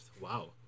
Wow